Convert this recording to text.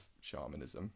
shamanism